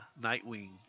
Nightwing